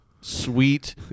sweet